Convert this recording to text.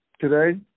today